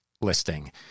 listing